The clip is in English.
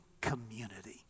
community